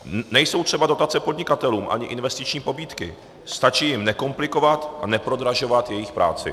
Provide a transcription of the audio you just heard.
Nejsou třeba dotace podnikatelům ani investiční pobídky, stačí jim nekomplikovat a neprodražovat jejich práci.